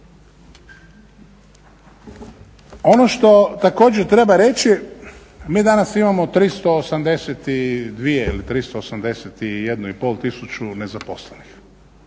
Ono što također treba reći mi danas imamo 382 ili 381,5 tisuću nezaposlenih.